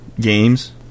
games